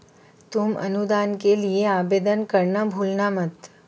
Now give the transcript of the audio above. तुम अनुदान के लिए आवेदन करना भूलना मत